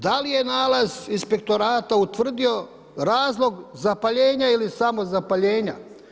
Da li je nalaz inspektorata utvrdio razlog zapaljenja ili samozapaljenja.